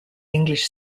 english